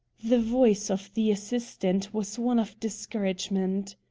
the voice of the assistant was one of discouragement.